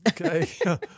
okay